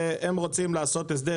הם רוצים לעשות הסדר,